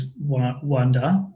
wonder